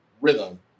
rhythm